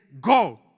go